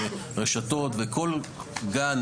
זה רשתות וכל גן,